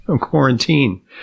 quarantine